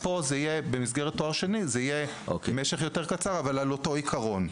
משך הזמן פה יהיה יותר קצר אבל על אותו עיקרון.